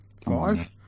Five